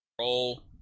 Roll